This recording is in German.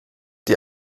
die